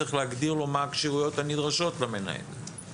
צריך להגדיר לו מה הכשירויות הנדרשות למנהל.